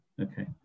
Okay